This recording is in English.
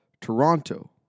Toronto